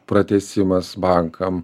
pratęsimas bankam